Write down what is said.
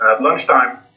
lunchtime